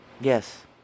Yes